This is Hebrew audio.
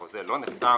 החוזה לא נחתם,